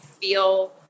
feel